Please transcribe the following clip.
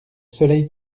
soleil